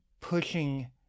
pushing